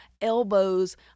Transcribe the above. elbows